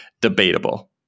debatable